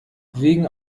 wegen